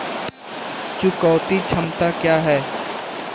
चुकौती क्षमता क्या है?